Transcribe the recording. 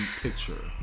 picture